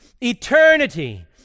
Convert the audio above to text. eternity